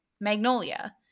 Magnolia